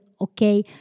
okay